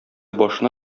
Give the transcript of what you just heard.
башына